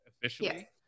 officially